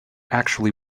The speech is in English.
actually